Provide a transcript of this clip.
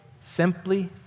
simply